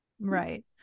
Right